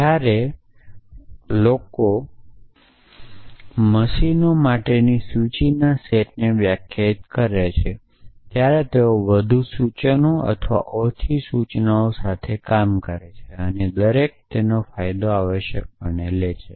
જ્યારે લોકો મશીનો માટેની સૂચના સેટને વ્યાખ્યાયિત કરે છે ત્યારે તેઓ વધુ સૂચનો અથવા ઓછી સૂચનાઓ સાથે કામ કરે છે અને દરેક તેનો ફાયદો આવશ્યકપણે લે છે